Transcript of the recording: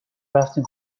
رفتیم